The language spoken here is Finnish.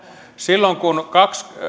silloin